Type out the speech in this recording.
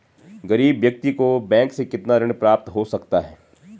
गरीब व्यक्ति को बैंक से कितना ऋण प्राप्त हो सकता है?